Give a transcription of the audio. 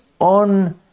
on